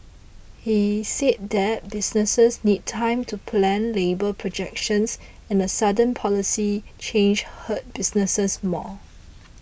he said that businesses need time to plan labour projections and a sudden policy change hurt businesses more